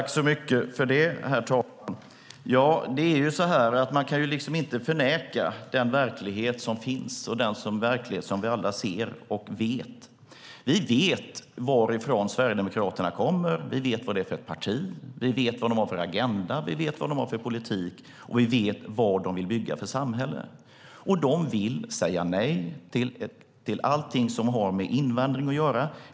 Herr talman! Man kan inte förneka den verklighet som finns och som vi alla ser och vet om. Vi vet varifrån Sverigedemokraterna kommer. Vi vet vad det är för ett parti. Vi vet vad de har för agenda. Vi vet vad de har för politik, och vi vet vad de vill bygga för samhälle. De vill säga nej till allting som har med invandring att göra.